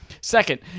Second